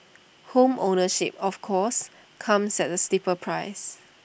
home ownership of course comes at A steeper price